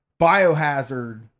Biohazard